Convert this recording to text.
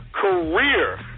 career